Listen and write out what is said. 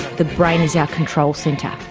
the brain is our control centre.